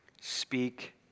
speak